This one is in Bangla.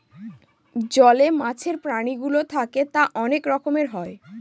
জলে মাছের প্রাণীগুলো থাকে তা অনেক রকমের হয়